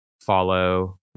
follow